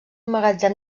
magatzem